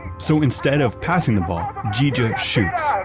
so instead of passing the ball, ghiggia shoots, goal,